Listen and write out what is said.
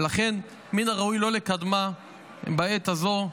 ולכן מן הראוי לא לקדמה בעת הזו.